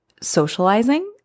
socializing